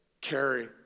carry